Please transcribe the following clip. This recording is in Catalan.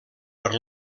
per